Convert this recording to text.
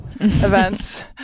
events